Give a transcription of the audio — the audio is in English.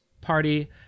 Party